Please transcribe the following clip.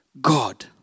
God